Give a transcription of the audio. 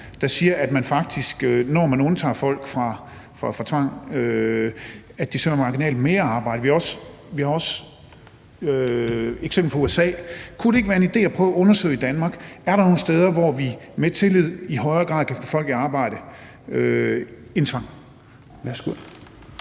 faktisk, når man undtager folk fra tvang, så finder marginalt mere arbejde . Vi har også et eksempel fra USA. Kunne det ikke være en idé at prøve at undersøge, om der er nogle steder i Danmark, hvor vi med tillid i højere grad kan få folk i arbejde